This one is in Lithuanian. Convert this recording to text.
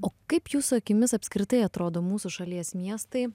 o kaip jūsų akimis apskritai atrodo mūsų šalies miestai